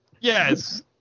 Yes